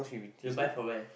you buy from where